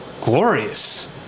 glorious